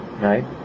right